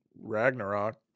ragnarok